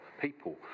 people